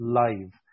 live